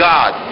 God